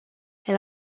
elle